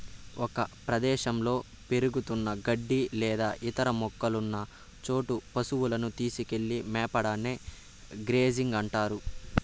ఒక ప్రదేశంలో పెరుగుతున్న గడ్డి లేదా ఇతర మొక్కలున్న చోట పసువులను తీసుకెళ్ళి మేపడాన్ని గ్రేజింగ్ అంటారు